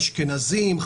אשכנזים,